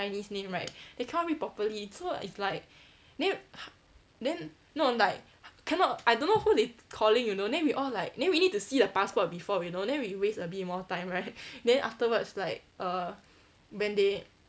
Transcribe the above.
chinese name right they cannot read properly so it's like then then no like cannot I don't know who they calling you know then we all like then we need to see the passport before you know then we waste a bit more time right then afterwards like err when they